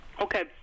Okay